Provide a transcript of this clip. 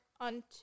on